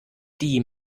die